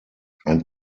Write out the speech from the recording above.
ein